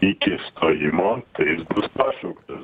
iki stojimo tai pašauktas